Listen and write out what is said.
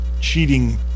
cheating